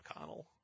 McConnell